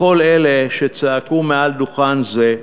לכל אלה שצעקו מעל דוכן זה,